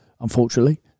unfortunately